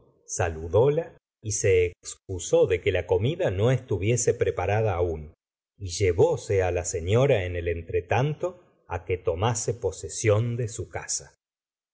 presentó saludóla y se excusó de que la comida no estuviese preparada aún y llevóse la señora en el entretanto que tomase posesión de su casa